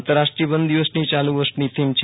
આંતરાષ્ટ્રીય વન દિવસની યાલુ વર્ષની થીમ છે